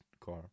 car